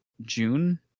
June